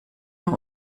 nur